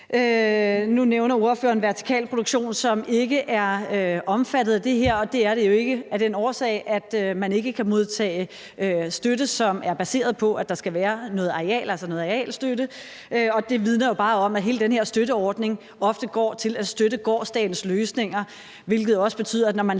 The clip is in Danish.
Nu nævnte ordføreren vertikal produktion, hvilket ikke er omfattet af det her, og det er det jo ikke af den årsag, at man ikke kan modtage støtte, hvis det ikke er baseret på, at der er noget areal, altså arealstøtte. Det vidner jo bare om, at hele den her støtteordning ofte går til at støtte gårsdagens løsninger, hvilket også betyder, at når man